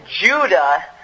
Judah